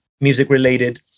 music-related